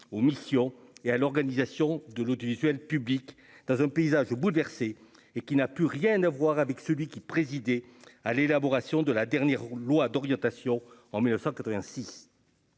aux missions et à l'organisation de l'audiovisuel public dans un paysage bouleversé et qui n'a plus rien à voir avec celui qui, présidé à l'élaboration de la dernière loi d'orientation en 1986